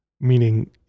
Meaning